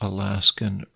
Alaskan